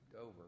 over